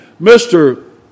Mr